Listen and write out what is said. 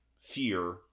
fear